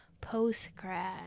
post-grad